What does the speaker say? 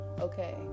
okay